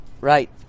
Right